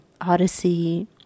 odyssey